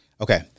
Okay